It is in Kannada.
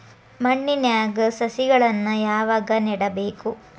ಮಣ್ಣಿನ್ಯಾಗ್ ಸಸಿಗಳನ್ನ ಯಾವಾಗ ನೆಡಬೇಕು?